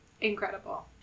Incredible